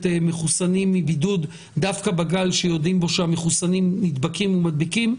מחוסנים מבידוד דווקא בגל שיודעים בו שמחוסנים נדבקים ומדביקים.